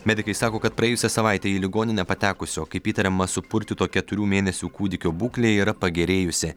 medikai sako kad praėjusią savaitę į ligoninę patekusio kaip įtariama supurtyto keturių mėnesių kūdikio būklė yra pagerėjusi